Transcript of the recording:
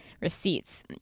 receipts